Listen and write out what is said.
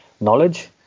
knowledge